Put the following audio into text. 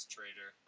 Trader